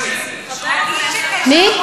חבר הכנסת, מי?